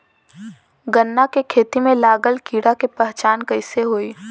गन्ना के खेती में लागल कीड़ा के पहचान कैसे होयी?